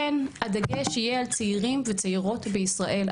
כן הדגש יהיה על צעירים וצעירות בישראל,